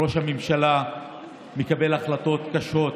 ראש הממשלה מקבל החלטות קשות,